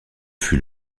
fut